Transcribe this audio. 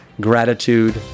Gratitude